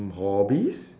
mm hobbies